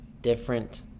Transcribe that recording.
different